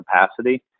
capacity